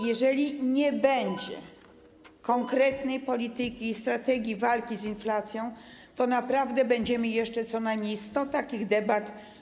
Jeżeli nie będzie konkretnej polityki i strategii walki z inflacją, to naprawdę będziemy jeszcze mieli tutaj co najmniej 100 takich debat.